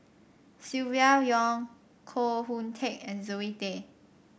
Silvia Yong Koh Hoon Teck and Zoe Tay